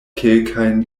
kelkajn